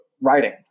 writing